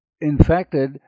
infected